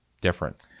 different